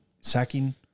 Sacking